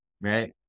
right